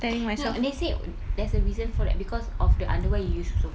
no they said there's a reason for that because of the underwear you use also